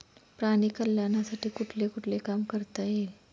प्राणी कल्याणासाठी कुठले कुठले काम करता येईल?